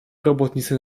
robotnicy